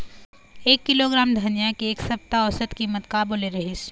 एक किलोग्राम धनिया के एक सप्ता औसत कीमत का बोले रीहिस?